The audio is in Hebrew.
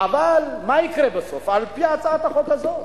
אבל מה יקרה בסוף, על-פי הצעת החוק הזאת?